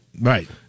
Right